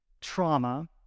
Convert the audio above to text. trauma